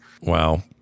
Wow